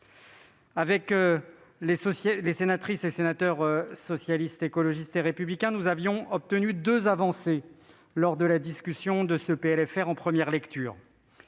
Avec les sénatrices et sénateurs du groupe Socialiste, Écologiste et Républicain, nous avions obtenu deux avancées lors de la discussion de ce PLFR en première lecture